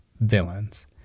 villains